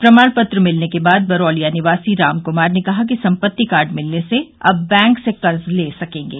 प्रमाण पत्र मिलने के बाद बरौलिया निवासी राम क्मार ने कहा कि संपत्ति कार्ड मिलने से अब बैंक से कर्ज ले सकेंगे